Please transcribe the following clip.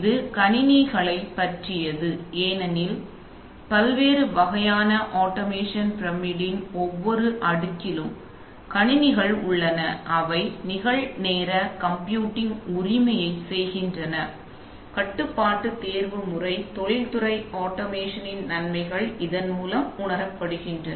இது கணினிகளைப் பற்றியது ஏனென்றால் பல்வேறு வகையான ஆட்டோமேஷன் பிரமிட்டின் ஒவ்வொரு அடுக்கிலும் கணினிகள் உள்ளன அவை நிகழ் நேர கம்ப்யூட்டிங் உரிமையைச் செய்கின்றன கட்டுப்பாட்டு தேர்வு முறை தொழில் துறை ஆட்டோமேஷனின் நன்மைகள் இதன் மூலம் உணரப்படுகின்றன